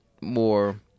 more